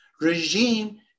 Regime